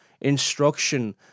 instruction